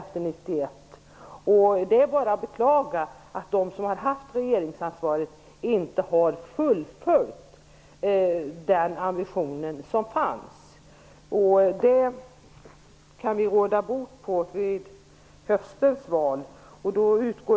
Det är bara att beklaga att de som har haft regeringsansvaret inte har fullföljt den ambition som fanns. Vi kan råda bot på det i samband med höstens val.